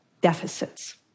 deficits